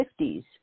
1950s